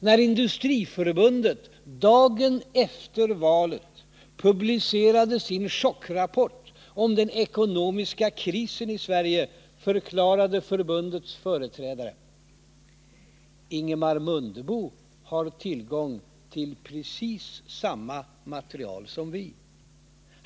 När Industriförbundet dagen efter valet publicerade sin chockrapport om den ekonomiska krisen i Sverige, förklarade förbundets företrädare: ”Ingemar Mundebo har tillgång till precis samma material som vi.